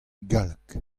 galleg